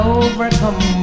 overcome